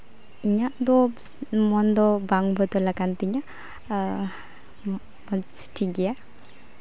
ᱤᱧᱟᱹᱜᱫᱚ ᱢᱚᱱ ᱫᱚ ᱵᱟᱝ ᱵᱚᱫᱚᱞ ᱟᱠᱟᱱ ᱛᱤᱧᱟᱹ ᱴᱷᱤᱠ ᱜᱮᱭᱟ